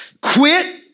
quit